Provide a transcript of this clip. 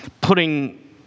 putting